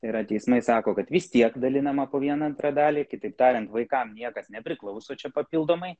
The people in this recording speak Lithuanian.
tai yra teismai sako kad vis tiek dalinama po vieną antrąją dalį kitaip tariant vaikam niekas nepriklauso čia papildomai